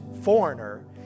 foreigner